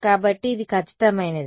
కాబట్టి ఇది ఖచ్చితమైనది